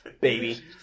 baby